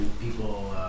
People